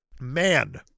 Man